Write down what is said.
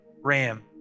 ram